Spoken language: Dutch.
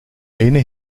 ene